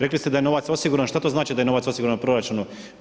Rekli ste da je novac osiguran, šta to znači da je novac osiguran u proračunu?